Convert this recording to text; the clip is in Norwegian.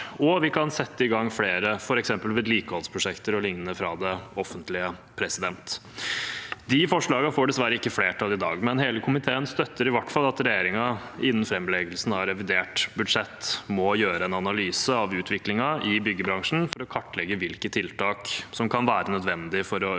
og vi kan f.eks. sette i gang flere vedlikeholdsprosjekter o.l. i det offentlige. De forslagene får dessverre ikke flertall i dag, men hele komiteen støtter i hvert fall at regjeringen innen framleggelsen av revidert budsjett må foreta en analyse av utviklingen i byggebransjen for å kartlegge hvilke tiltak som kan være nødvendige for å øke